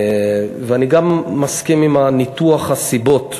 ואני גם מסכים עם ניתוח הסיבות.